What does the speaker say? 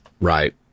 right